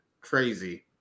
crazy